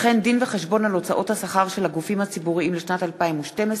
דין-וחשבון על הוצאות השכר של הגופים הציבוריים לשנת 2012,